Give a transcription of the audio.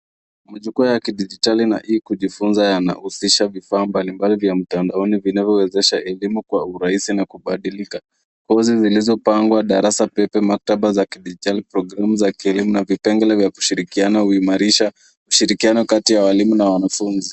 Majukwaa ya kidigitali na e-kujifunza yanahusisha vifaa mbali mbali vya mtandaoni vinavyowezesha elimu kwa urahisi na kubadilika. Posti zilizopangwa kwa darasa pepe maktaba za kielimu na vipengele vya kushirikiana huimarisha ushirikiano kati ya walimu na wanafunzi.